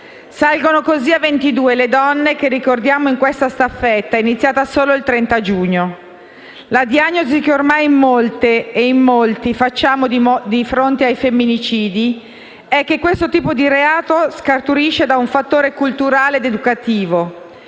Salgono così a 22 le donne che ricordiamo in questa staffetta, iniziata solo il 30 giugno. La diagnosi che ormai in molte e in molti facciamo di fronte ai femminicidi è che questo tipo di reato scaturisce da un fattore culturale ed educativo.